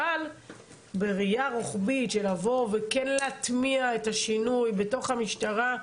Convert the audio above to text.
אבל בראייה רוחבית לבוא וכן להטמיע את השינוי בתוך המשטרה,